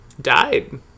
died